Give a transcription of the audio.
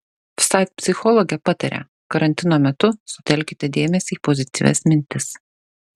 vsat psichologė pataria karantino metu sutelkite dėmesį į pozityvias mintis